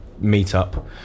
meet-up